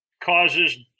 causes